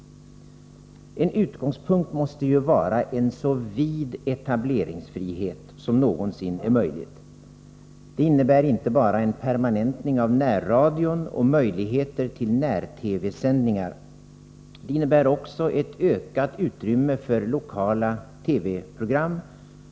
En utgångspunkt måste vara att skapa en så vid etableringsfrihet som någonsin är möjlig. Det innebär inte bara en permanentning av närradion och möjligheter till när-TV-sändningar, utan också ett ökat utrymme för lokala TV-program.